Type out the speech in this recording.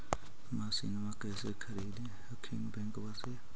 मसिनमा कैसे खरीदे हखिन बैंकबा से?